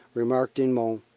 remarked in mons,